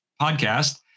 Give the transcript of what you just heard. podcast